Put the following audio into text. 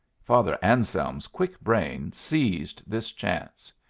father anselm's quick brain seized this chance.